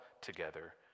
together